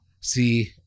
see